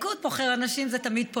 זה תמיד ענייני,